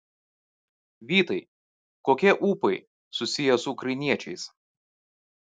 vytai kokie ūpai susiję su ukrainiečiais